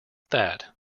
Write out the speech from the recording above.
that